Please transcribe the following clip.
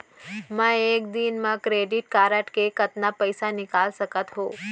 मैं एक दिन म क्रेडिट कारड से कतना पइसा निकाल सकत हो?